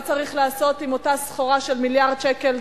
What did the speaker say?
מה צריך לעשות עם אותה סחורה של מיליארד שקל,